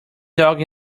dog